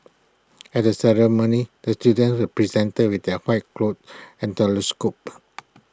at the ceremony the students were presented with their white coats and stethoscopes